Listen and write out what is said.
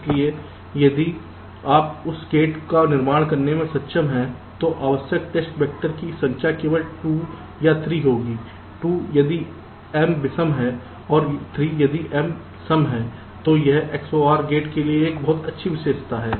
इसलिए यदि आप उस गेट का निर्माण करने में सक्षम हैं तो आवश्यक टेस्ट वैक्टर की संख्या केवल 2 या 3 होगी 2 यदि m विषम है और 3 यदि m सम है तो यह XOR गेट की एक बहुत अच्छी विशेषता है